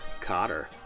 Cotter